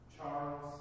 Charles